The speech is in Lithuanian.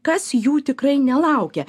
kas jų tikrai nelaukia